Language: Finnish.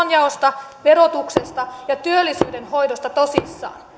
oikeudenmukaisemmasta tulonjaosta verotuksesta ja työllisyyden hoidosta tosissanne